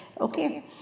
Okay